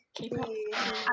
K-pop